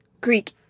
Greek